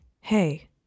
hey